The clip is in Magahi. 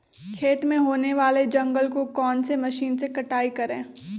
खेत में होने वाले जंगल को कौन से मशीन से कटाई करें?